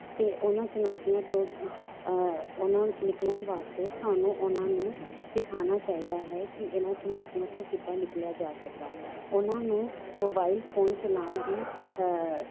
ਅਤੇ ਉਹਨਾਂ ਚੁਣੌਤੀਆਂ ਤੋਂ ਉਹਨਾਂ ਨੂੰ ਨਿਕਲਣ ਵਾਸਤੇ ਸਾਨੂੰ ਉਹਨਾਂ ਨੂੰ ਸਿਖਾਉਣਾ ਚਾਹੀਦਾ ਹੈ ਕਿ ਇਹਨਾਂ ਚੁਣੌਤੀਆਂ ਤੋਂ ਕਿੱਦਾਂ ਨਿਕਲਿਆ ਜਾ ਸਕਦਾ ਉਹਨਾਂ ਨੂੰ ਮੋਬਾਈਲ ਫੋਨ ਚਲਾਉਣ ਦੀ